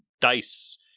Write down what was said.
dice